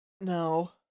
No